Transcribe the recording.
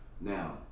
now